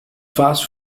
fast